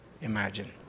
imagine